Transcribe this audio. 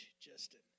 Justin